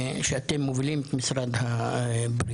כשאתם מובילים את משרד הבריאות.